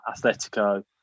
Atletico